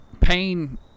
Pain